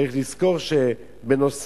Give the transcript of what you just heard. צריך לזכור שבנוסף